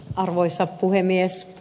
arvoisa puhemies